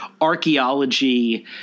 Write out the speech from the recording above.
archaeology